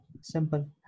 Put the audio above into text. simple